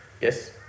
yes